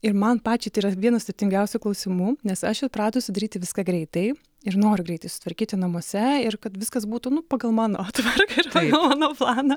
ir man pačiai tai yra vienas sudėtingiausių klausimų nes aš įpratusi daryti viską greitai ir noriu greitai sutvarkyti namuose ir kad viskas būtų nu pagal mano tvarką ir pagal mano planą